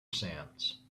sands